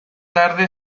tarde